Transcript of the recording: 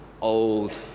old